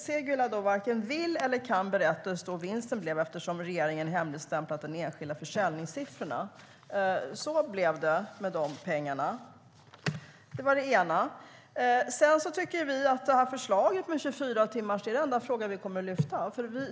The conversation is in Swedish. Segulah varken vill eller kan berätta hur stor vinsten blev eftersom regeringen hemligstämplade de enskilda försäljningssiffrorna. Så blev det med de pengarna. Förslaget om 24 timmars leveranstid är den enda fråga vi kommer att lyfta upp.